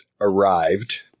arrived